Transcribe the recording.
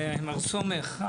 מר סומך,